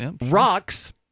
rocks